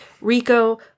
Rico